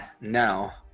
Now